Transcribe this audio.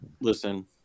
Listen